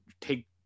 take